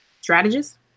Strategist